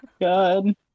God